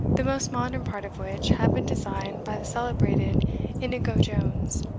the most modern part of which had been designed by the celebrated inigo jones,